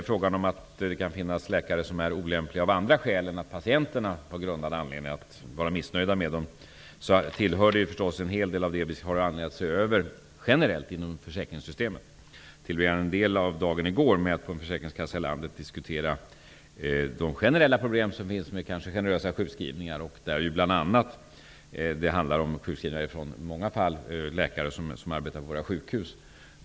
Frågan om läkare som är olämpliga av andra skäl än att patienterna haft grundad anledning till missnöje med dem, tillhör det inom försäkringssystemet som det finns anledning att generellt se över. Jag tillbringade en del av dagen i går med att på en försäkringskassa i landet diskutera de generella problem som finns med generösa sjukskrivningar. I många fall handlar det bl.a. om sjukskrivningar utförda av läkare som arbetar på våra sjukhus.